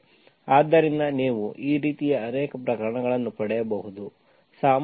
ಆದ್ದರಿಂದ ನೀವು ಈ ರೀತಿಯ ಅನೇಕ ಪ್ರಕರಣಗಳನ್ನು ಪಡೆಯಬಹುದು